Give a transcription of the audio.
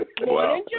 Wow